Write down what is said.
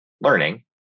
learning